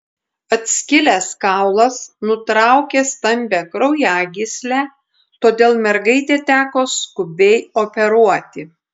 atskilęs kaulas nutraukė stambią kraujagyslę todėl mergaitę teko skubiai operuoti